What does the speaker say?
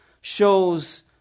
shows